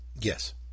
Yes